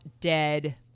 dead